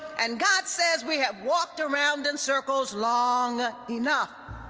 and god says we have walked around in circles long enough